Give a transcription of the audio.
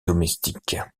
domestique